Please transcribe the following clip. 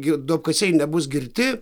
gi duobkasiai nebus girti